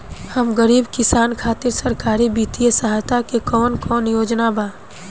हम गरीब किसान खातिर सरकारी बितिय सहायता के कवन कवन योजना बा?